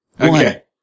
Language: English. Okay